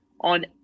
on